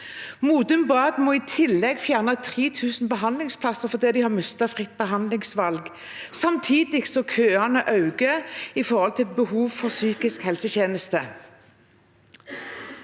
Modum Bad må i tillegg fjerne 3 000 behandlingsplasser fordi en har mistet fritt behandlingsvalg, samtidig som køene øker i forhold til behovet for psykisk helsetjeneste.